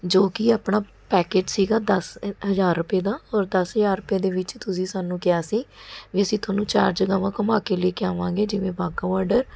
ਜੋ ਕਿ ਆਪਣਾ ਪੈਕੇਜ ਸੀਗਾ ਦਸ ਹਜ਼ਾਰ ਰੁਪਏ ਦਾ ਔਰ ਦਸ ਹਜ਼ਾਰ ਰੁਪਏ ਦੇ ਵਿੱਚ ਤੁਸੀਂ ਸਾਨੂੰ ਕਿਹਾ ਸੀ ਵੀ ਅਸੀਂ ਤੁਹਾਨੂੰ ਚਾਰ ਜਗ੍ਹਾਵਾਂ ਘੁੰਮਾ ਕੇ ਲੈ ਕੇ ਆਵਾਂਗੇ ਜਿਵੇਂ ਵਾਹਗਾ ਬੋਰਡਰ